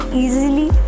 easily